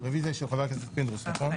הרביזיה היא של חבר הכנסת פינדרוס, נכו?